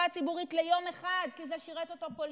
הציבורית ליום אחד כי זה שירת אותו פוליטית,